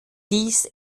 dies